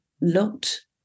looked